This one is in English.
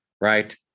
right